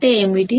Vd V1 V2